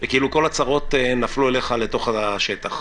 וכאילו כל הצרות נפלו אליך לתוך השטח.